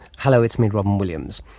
hello, it's me robyn williams.